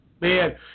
Man